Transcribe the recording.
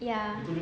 ya